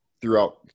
throughout